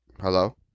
Hello